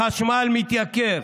החשמל מתייקר.